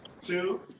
two